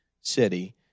city